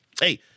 hey